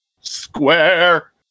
Square